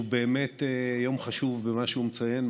שהוא באמת יום חשוב במה שהוא מציין,